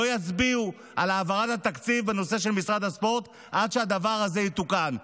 לא יצביעו על העברת התקציב בנושא של משרד הספורט עד שהדבר הזה יתוקן.